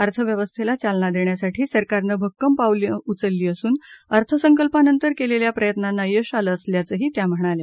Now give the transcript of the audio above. अर्थव्यवस्थेला चालना देण्यासाठी सरकारनं भक्कम पावलं उचलली असून अर्थसंकल्पानंतर केलेल्या प्रयत्नांना यश आलं असल्याचंही त्या म्हणाल्या